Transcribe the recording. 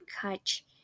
catch